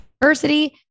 diversity